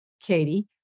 Katie